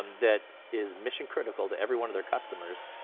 that is mission critical to everyone of their customers.